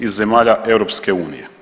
Iz zemalja EU.